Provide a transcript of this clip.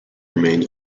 remain